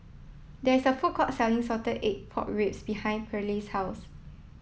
there is a food court selling salted egg pork ribs behind Pearley's house